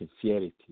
sincerity